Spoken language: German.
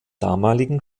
damaligen